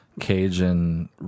Cajun